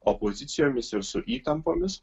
opozicijomis ir su įtampomis